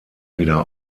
wieder